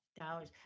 dollars